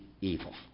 evil